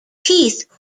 teeth